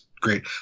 Great